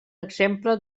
exemple